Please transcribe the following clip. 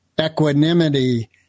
equanimity